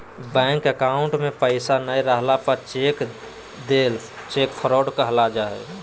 bank account में पैसा नय रहला पर चेक देल चेक फ्रॉड कहल जा हइ